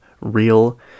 real